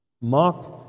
Mark